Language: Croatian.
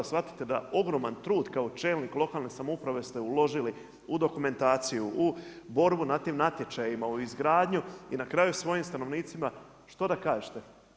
Shvatite da ogroman trud kao čelnik lokalne samouprave ste uložili u dokumentaciju, u borbu na tim natječajima, u izgradnju i na kraju svojim stanovnicima što da kažete?